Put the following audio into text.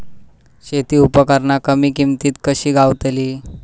शेती उपकरणा कमी किमतीत कशी गावतली?